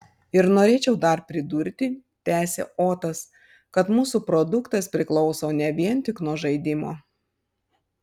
ir norėčiau dar pridurti tęsė otas kad mūsų produktas priklauso ne vien tik nuo žaidimo